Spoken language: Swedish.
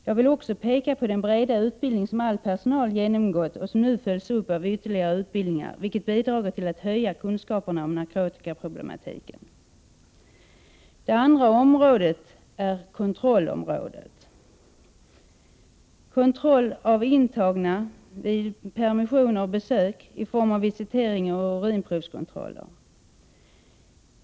Jag vill också peka på den breda utbildning som all personal genomgått och som nu följs upp av ytterligare utbildningar, vilket bidrar till att höja Prot. 1988/89:103 kunskaperna om narkotikaproblematiken. 25 april 1989 Det andra området är kontrollområdet. Det sker kontroll av intagna vid permissioner och besök i form av visitering och urinprovskontroller.